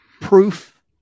proof